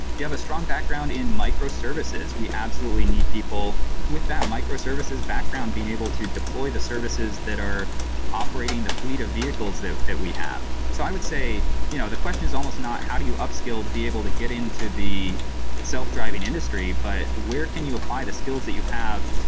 you have a strong background in microservices? we absolutely need people with that microservices background being able to deploy the services that are operating the fleet of vehicles that that we have. so i would say you know the question is almost not how do you upscale to be able to get into the self-driving industry, but where can you apply the skills that you have?